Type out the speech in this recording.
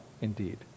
indeed